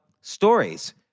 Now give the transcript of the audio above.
stories